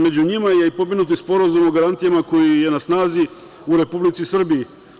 Među njima je i pomenuti Sporazum o garantijama koji je na snazi u Republici Srbiji.